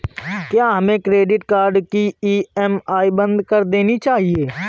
क्या हमें credit card की ई.एम.आई बंद कर देनी चाहिए?